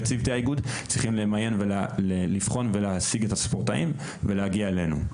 וצוותי האיגוד צריכים למיין ולבחון ולהשיג את הספורטאים ולהגיע אלינו.